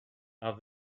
have